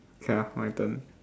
ya my turn